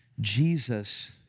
Jesus